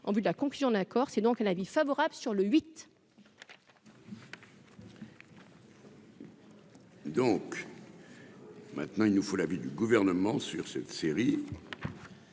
en vue de la conclusion d'un accord, c'est donc à l'avis favorable sur le huit. Donc, maintenant, il nous faut l'avis du gouvernement sur cette série.